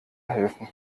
helfen